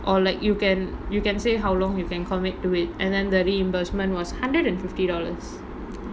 or like you can you can say how long you can commit to it and then the reimbursement was hundred and fifty dollars